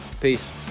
Peace